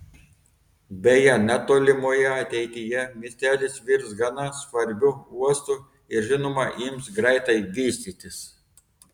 beje netolimoje ateityje miestelis virs gana svarbiu uostu ir žinoma ims greitai vystytis